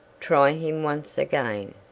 try him once again.